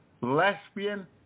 lesbian